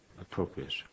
appropriate